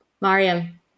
Mariam